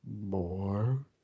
more